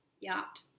yacht